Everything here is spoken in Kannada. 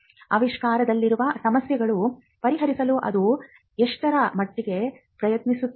ಅಸ್ತಿತ್ವದಲ್ಲಿರುವ ಸಮಸ್ಯೆಯನ್ನು ಪರಿಹರಿಸಲು ಅದು ಎಷ್ಟರ ಮಟ್ಟಿಗೆ ಪ್ರಯತ್ನಿಸುತ್ತದೆ